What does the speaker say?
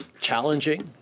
challenging